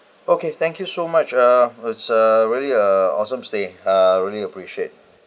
okay thank you so much uh it's a really uh awesome stay uh I really appreciate